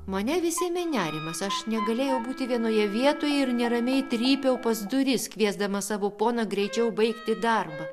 mane vis ėmė nerimas aš negalėjau būti vienoje vietoje ir neramiai trypiau pas duris kviesdamas savo poną greičiau baigti darbą